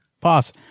pause